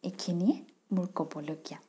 এইখিনিয়ে মোৰ ক'বলগীয়া